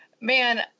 Man